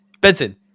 Benson